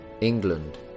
England